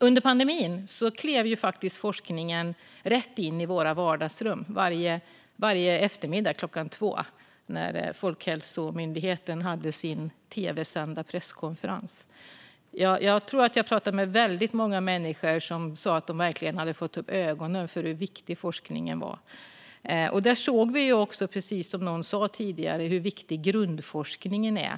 Under pandemin klev faktiskt forskningen rätt in i våra vardagsrum varje eftermiddag klockan två när Folkhälsomyndigheten hade sin tv-sända presskonferens. Jag har pratat med väldigt många människor som har sagt att de verkligen fick upp ögonen för hur viktig forskningen är. Där såg vi också, precis som någon sa tidigare, hur viktig grundforskningen är.